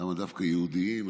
למה דווקא יהודיים,